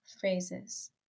phrases